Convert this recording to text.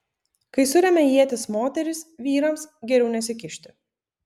kai suremia ietis moterys vyrams geriau nesikišti